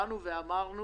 שבאו ואמרו